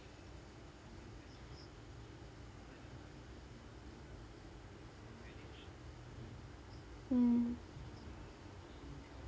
mm